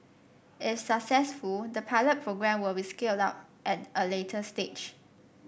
if successful the pilot programme will be scaled up at a later stage